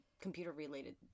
computer-related